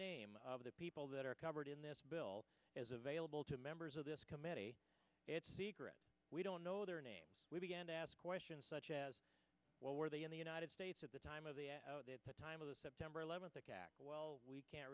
name of the people that are covered in this bill is available to members of this committee it's secret we don't know their names we began to ask questions such as well were they in the united states at the time of the at the time of the september eleventh well we can't